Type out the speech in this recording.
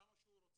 כמה שהוא רוצה,